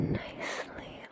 nicely